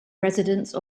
residence